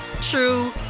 true